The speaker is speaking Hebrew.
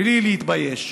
בלי להתבייש.